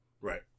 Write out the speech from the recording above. Right